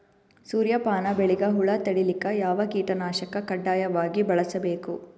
ಸೂರ್ಯಪಾನ ಬೆಳಿಗ ಹುಳ ತಡಿಲಿಕ ಯಾವ ಕೀಟನಾಶಕ ಕಡ್ಡಾಯವಾಗಿ ಬಳಸಬೇಕು?